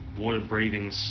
water-breathing